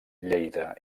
lleida